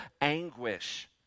anguish